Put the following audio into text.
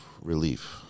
relief